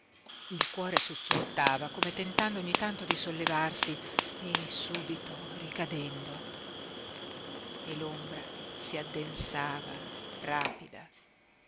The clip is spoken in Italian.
il cuore sussultava come tentando ogni tanto di sollevarsi e subito ricadendo e l'ombra si addensava rapida